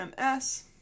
MS